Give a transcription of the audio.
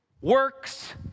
works